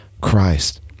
Christ